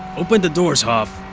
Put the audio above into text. open the doors, hoff!